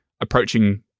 approaching